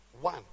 one